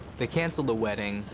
they canceled the wedding.